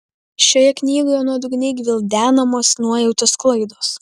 šioje knygoje nuodugniai gvildenamos nuojautos klaidos